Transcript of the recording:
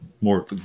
more